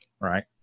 Right